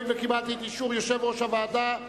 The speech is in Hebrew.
הואיל וקיבלתי את אישור יושב-ראש הוועדה,